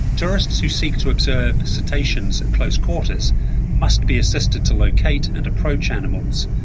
tourists who seek to observe cetaceans at close quarters must be assisted to locate and approach animals,